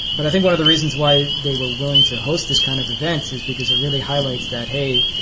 but i think one of the reasons why they were willing to host this kind of events is because it really highlights that, hey,